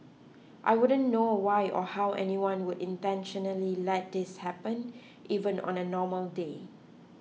I wouldn't know why or how anyone would intentionally let this happen even on a normal day